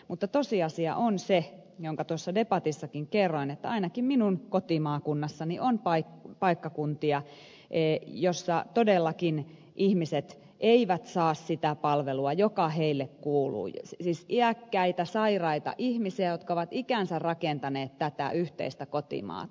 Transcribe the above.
mutta tosiasia on se jonka tuossa debatissakin kerroin että ainakin minun kotimaakunnassani on paikkakuntia joissa todellakin ihmiset eivät saa sitä palvelua joka heille kuuluu siis iäkkäät sairaat ihmiset jotka ovat ikänsä rakentaneet tätä yhteistä kotimaata